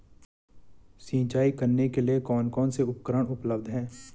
सिंचाई करने के लिए कौन कौन से उपकरण उपलब्ध हैं?